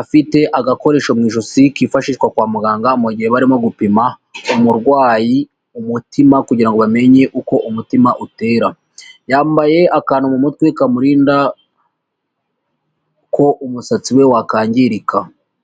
afite agakoresho mu ijosi, kifashishwa kwa muganga mu gihe barimo gupima umurwayi umutima, kugira ngo bamenye uko umutima utera, yambaye akantu mu mutwe kamurinda ko umusatsi we wakagirika.